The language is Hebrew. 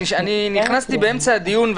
אני נכנסתי באמצע הדיון,